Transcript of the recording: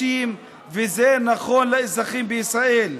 זה נכון לשטחים הכבושים וזה נכון לאזרחים בישראל.